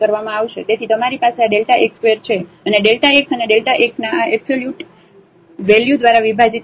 તેથી તમારી પાસે આ Δ x ² છે અને Δ x અને Δ x ના આ એબ્સોલ્યુટ વેલ્યુ દ્વારા વિભાજિત થયેલ છે